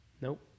Nope